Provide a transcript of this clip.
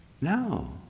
No